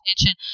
attention